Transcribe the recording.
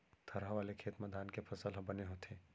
थरहा वाले खेत म धान के फसल ह बने होथे